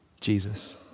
Jesus